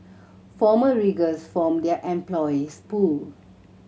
former riggers form their employees pool